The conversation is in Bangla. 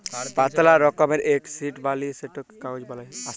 পাতলা রকমের এক শিট বলিয়ে সেটকে কাগজ বালাই